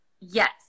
Yes